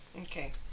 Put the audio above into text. Okay